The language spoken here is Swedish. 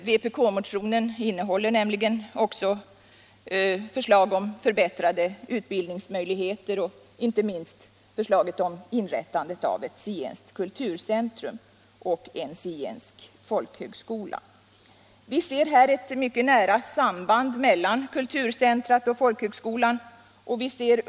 Vpk-motionen innehåller nämligen också förslag om förbättrade utbildningsmöjligheter och, inte minst, om inrättande av ett zigenskt kulturcentrum och en zigensk folkhögskola. Vi ser ett mycket nära samband mellan kulturcentrum och folkhögskolan.